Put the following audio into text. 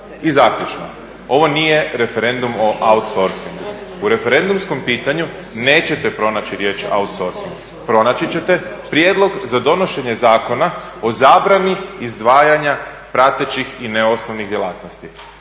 I zaključno, ovo nije referendum o outsourcingu. U referendumskom pitanju nećete pronaći riječ outsourcing, pronaći ćete prijedlog za donošenje zakona o zabrani izdvajanja pratećih i neosnovnih djelatnosti.